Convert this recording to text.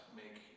make